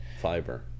fiber